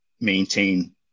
maintain